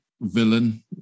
villain